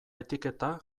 etiketa